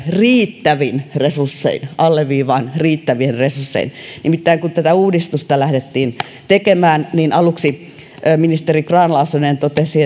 riittävin resurssein alleviivaan riittävin resurssein nimittäin kun tätä uudistusta lähdettiin tekemään niin aluksi ministeri grahn laasonen totesi